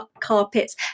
carpets